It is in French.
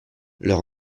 leur